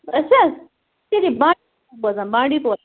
أسۍ حظ صِرف بانٛڈی پورا روزان بانٛڈی پورا